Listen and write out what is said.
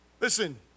Listen